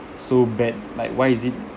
so bad like why is it